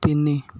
ତିନି